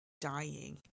dying